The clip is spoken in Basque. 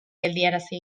geldiarazi